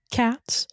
cats